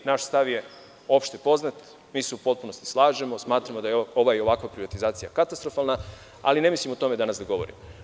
Naš stav je opšte poznat, mi se u potpunosti slažemo i smatramo da je ova i ovakva privatizacija katastrofalna, ali ne mislim o tome danas da govorim.